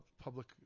public